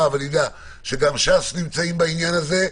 ואני יודע שגם ש"ס נמצאים בעניין הזה,